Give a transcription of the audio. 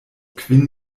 kvin